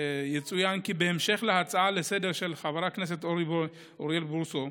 יצוין כי בהמשך להצעה לסדר-היום של חבר הכנסת אוריאל בוסו,